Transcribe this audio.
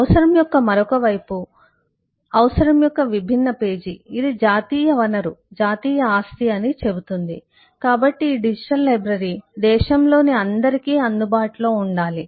అవసరం యొక్క మరొక వైపు అవసరం యొక్క విభిన్న పేజీ ఇది జాతీయ వనరు జాతీయ ఆస్తి అని చెబుతుంది కాబట్టి ఈ డిజిటల్ లైబ్రరీ దేశంలోని అందరికీ అందుబాటులో ఉండాలి